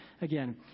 again